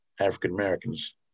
African-Americans